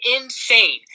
insane